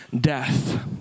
death